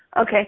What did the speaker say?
Okay